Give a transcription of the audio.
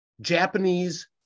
Japanese